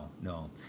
No